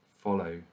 follow